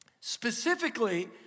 Specifically